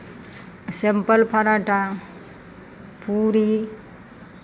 simple paratha पूड़ी